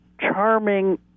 charming